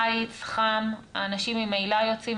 קיץ, חם, האנשים ממילא יוצאים.